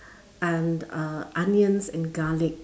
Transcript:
and uh onions and garlic